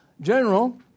general